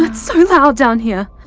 but so loud down here!